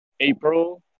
April